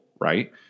right